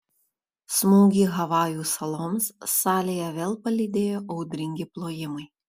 smūgį havajų saloms salėje vėl palydėjo audringi plojimai